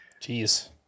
Jeez